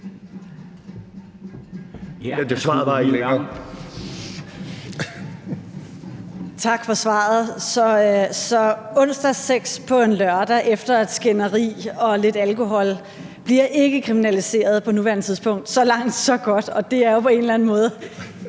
Tak for svaret. Så onsdagssex på en lørdag efter et skænderi og lidt alkohol bliver ikke kriminaliseret på nuværende tidspunkt – så langt, så godt. Og det er jo på en eller anden måde